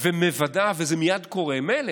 ומוודאת וזה מייד קורה, מילא.